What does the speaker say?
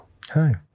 Hi